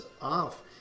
off